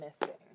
missing